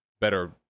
better